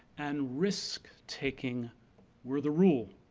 and risk taking were the rule.